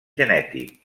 genètic